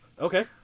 Okay